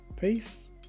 peace